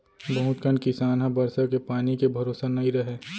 बहुत कन किसान ह बरसा के पानी के भरोसा नइ रहय